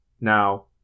Now